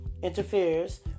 interferes